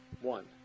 One